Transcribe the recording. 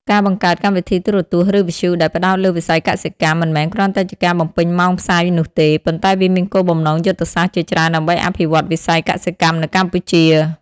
ការបង្កើតកម្មវិធីទូរទស្សន៍ ឬវិទ្យុដែលផ្តោតលើវិស័យកសិកម្ម មិនមែនគ្រាន់តែជាការបំពេញម៉ោងផ្សាយនោះទេ ប៉ុន្តែវាមានគោលបំណងយុទ្ធសាស្ត្រជាច្រើនដើម្បីអភិវឌ្ឍវិស័យកសិកម្មនៅកម្ពុជា។